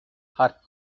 her